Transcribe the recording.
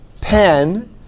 pen